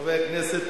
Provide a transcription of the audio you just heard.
חבר הכנסת